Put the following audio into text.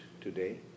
today